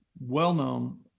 well-known